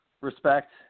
respect